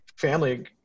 family